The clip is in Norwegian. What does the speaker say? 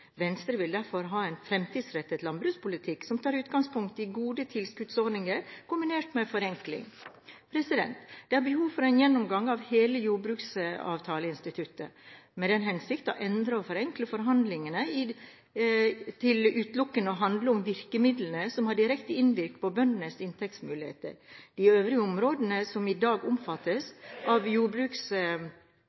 Venstre vil derfor ha en fremtidsrettet landbrukspolitikk som tar utgangspunkt i gode tilskuddsordninger kombinert med forenklinger. Det er behov for en gjennomgang av hele jordbruksavtaleinstituttet, i den hensikt å endre og forenkle forhandlingene til utelukkende å handle om virkemidler som har direkte innvirkning på bøndenes inntektsmuligheter. De øvrige områdene som i dag omfattes av